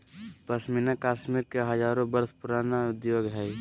पश्मीना कश्मीर के हजारो वर्ष पुराण उद्योग हइ